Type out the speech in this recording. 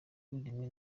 rimwe